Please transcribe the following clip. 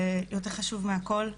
ויותר חשוב מהכול,